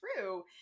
true